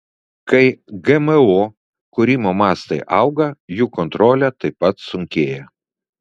kai gmo kūrimo mastai auga jų kontrolė taip pat sunkėja